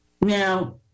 Now